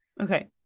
Okay